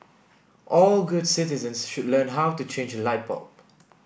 all good citizens should learn how to change a light bulb